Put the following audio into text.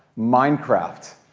minecraft,